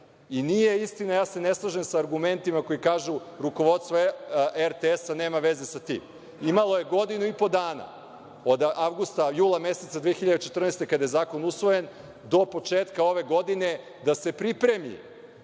nije istina, ja se ne slažem sa argumentima koji kažu – rukovodstvo RTS-a nema veze sa tim. Imalo je godinu i po dana, od jula meseca 2014. godine, kada je zakon usvojen, do početka ove godine, da se pripremi